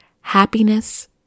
happiness